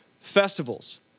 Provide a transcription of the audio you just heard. festivals